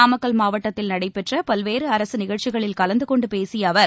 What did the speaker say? நாமக்கல் மாவட்டத்தில் நடைபெற்ற பல்வேறு அரசு நிகழ்ச்சிகளில் கலந்து கொண்டு பேசிய அவர்